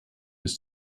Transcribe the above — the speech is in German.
bis